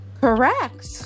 correct